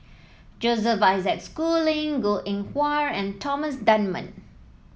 Joseph Isaac Schooling Goh Eng Wah and Thomas Dunman